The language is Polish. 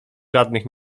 żadnych